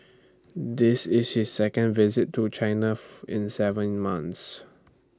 this is his second visit to China in Seven months